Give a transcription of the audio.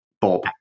Bob